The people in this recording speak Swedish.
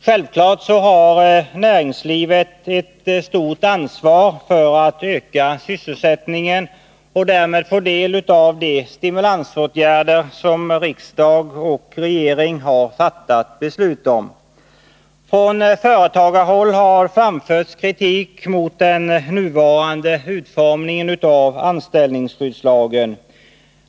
Givetvis har näringslivet ett stort ansvar för att öka sysselsättningen och därigenom få del av de stimulansåtgärder som riksdag och regering har fattat beslut om. Från företagarhåll har framförts kritik mot den nuvarande utformningen av anställningsskyddslagen.